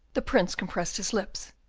the prince compressed his lips,